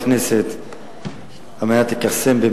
לכנסת כדי לכרסם,